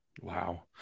Wow